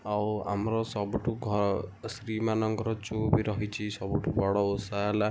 ଆଉ ଆମର ସବୁଠୁ ସ୍ତ୍ରୀ ମାନଙ୍କର ଯେଉଁ ବି ରହିଛି ସବୁଠୁ ବଡ଼ ଓଷା ହେଲା